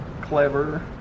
clever